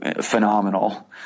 phenomenal